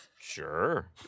Sure